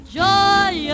joy